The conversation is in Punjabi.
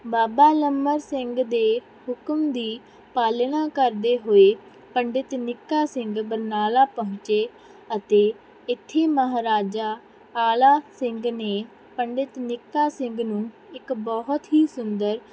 ਬਾਬਾ ਲੰਮਰ ਸਿੰਘ ਦੇ ਹੁਕਮ ਦੀ ਪਾਲਣਾ ਕਰਦੇ ਹੋਏ ਪੰਡਿਤ ਨਿੱਕਾ ਸਿੰਘ ਬਰਨਾਲਾ ਪਹੁੰਚੇ ਅਤੇ ਇੱਥੇ ਮਹਾਰਾਜਾ ਆਲਾ ਸਿੰਘ ਨੇ ਪੰਡਿਤ ਨਿੱਕਾ ਸਿੰਘ ਨੂੰ ਇੱਕ ਬਹੁਤ ਹੀ ਸੁੰਦਰ